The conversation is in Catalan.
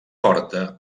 forta